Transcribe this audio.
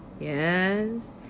Yes